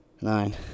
nine